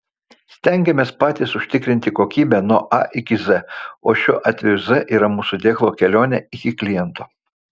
stengiamės patys užtikrinti kokybę nuo a iki z o šiuo atveju z yra mūsų dėklo kelionė iki kliento